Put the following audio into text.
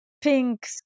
pink